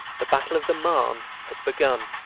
the battle of the marne had begun.